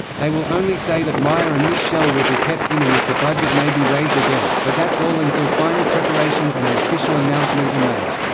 they will only say that maya and miss schell will be kept in and that the budget may be raised again, but that's all until final preparations and an official announcement are made.